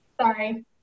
Sorry